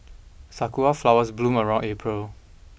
sakura flowers bloom around April